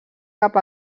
cap